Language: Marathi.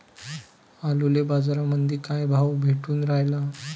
आलूले बाजारामंदी काय भाव भेटून रायला?